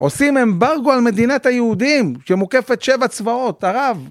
עושים אמברגו על מדינת היהודים, שמוקפת שבע צבאות, ערב.